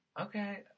okay